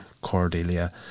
Cordelia